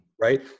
right